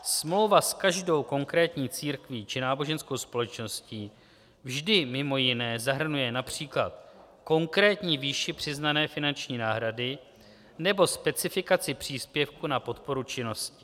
Smlouva s každou konkrétní církví či náboženskou společností vždy mimo jiné zahrnuje například konkrétní výši přiznané finanční náhrady nebo specifikaci příspěvku na podporu činnosti.